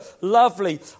lovely